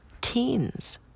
teens